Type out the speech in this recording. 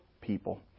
people